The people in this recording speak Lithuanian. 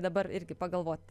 dabar irgi pagalvot